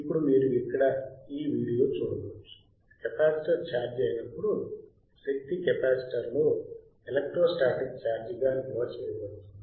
ఇప్పుడు మీరు ఇక్కడ ఈ వీడియో చూడవచ్చు కెపాసిటర్ ఛార్జ్ అయినప్పుడు శక్తి కెపాసిటర్లో ఎలక్ట్రోస్టాటిక్ ఛార్జ్గా నిల్వ చేయబడుతుంది